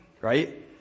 right